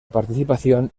participación